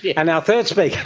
yeah and our third speaker,